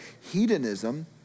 hedonism